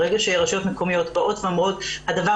ברגע שרשויות מקומיות באות ואומרות שהדבר